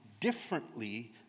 differently